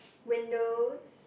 windows